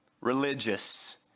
religious